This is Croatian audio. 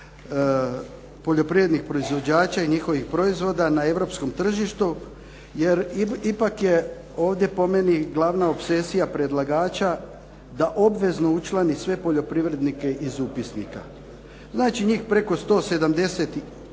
poljoprivrednih proizvođača i njihovih proizvoda na europskom tržištu, jer ipak je ovdje po meni glavna opsesija predlagača da obvezno učlani sve poljoprivrednike iz upisnika. Znači, njih preko 170000,